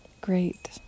great